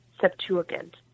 Septuagint